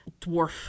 dwarf